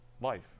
life